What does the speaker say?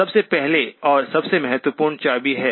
सबसे पहले और सबसे महत्वपूर्ण चाबी है